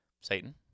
Satan